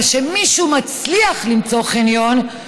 אבל כשמישהו מצליח למצוא חניון,